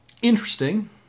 Interesting